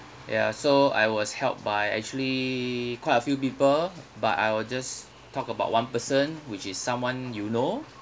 ya so I was helped by actually quite a few people but I will just talk about one person which is someone you know